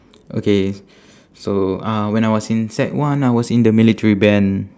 okay so uh when I was in sec one I was in the military band